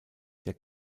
der